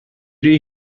you